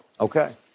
Okay